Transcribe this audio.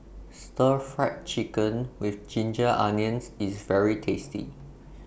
Stir Fried Chicken with Ginger Onions IS very tasty